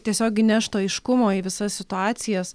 tiesiog įneštų aiškumo į visas situacijas